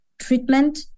treatment